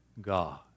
God